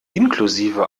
inklusive